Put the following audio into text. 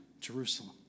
Jerusalem